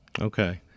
Okay